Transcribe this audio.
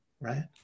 right